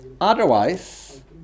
Otherwise